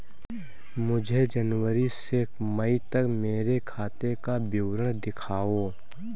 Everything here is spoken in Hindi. मुझे जनवरी से मई तक मेरे खाते का विवरण दिखाओ?